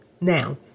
Now